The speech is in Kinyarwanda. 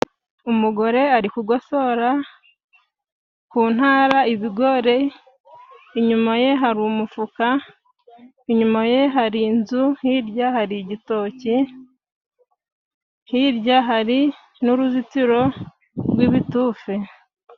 Umugore ari kugosora, ku ntara ibigori, inyuma ye hari umufuka, inyuma ye hari inzu, hirya hari igitoki, hirya hari n'uruzitiro rw'ibitufe.